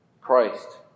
Christ